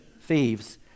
thieves